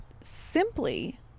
simply